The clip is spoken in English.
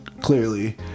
clearly